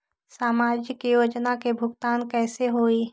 समाजिक योजना के भुगतान कैसे होई?